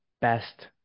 best